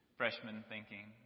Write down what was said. freshman-thinking